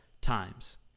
times